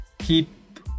keep